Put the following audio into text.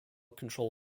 control